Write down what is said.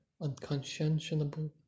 unconscionable